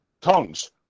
tongues